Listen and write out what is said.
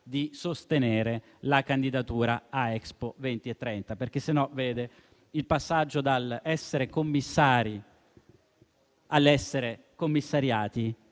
di sostenere la candidatura a Expo 2030. Altrimenti, il passaggio dall'essere commissari all'essere commissariati